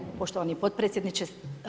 poštovani potpredsjedniče.